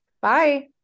Bye